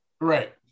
Right